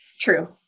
True